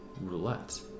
roulette